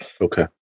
Okay